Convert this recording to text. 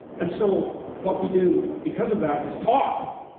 and so what we do because of that is talk.